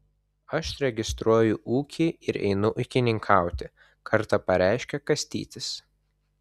aš registruoju ūkį ir einu ūkininkauti kartą pareiškė kastytis